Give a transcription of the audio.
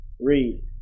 Read